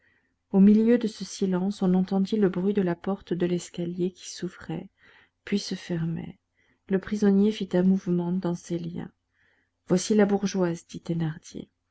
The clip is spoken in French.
au milieu de ce silence on entendit le bruit de la porte de l'escalier qui s'ouvrait puis se fermait le prisonnier fit un mouvement dans ses liens voici la bourgeoise